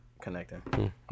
connecting